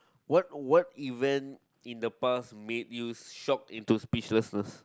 what what event in the past made you shock in to speechlessness